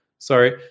Sorry